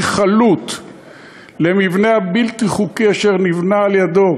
חלוט למבנה הבלתי-חוקי אשר נבנה על-ידו,